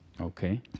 Okay